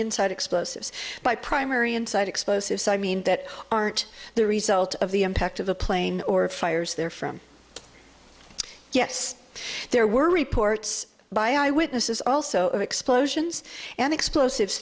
inside explosives by primary inside explosives i mean that aren't the result of the impact of a plane or fires therefrom yes there were reports by eyewitnesses also of explosions and explosives